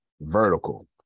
vertical